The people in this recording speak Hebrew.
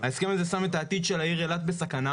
ההסכם הזה שם את העתיד של העיר אילת בסכנה,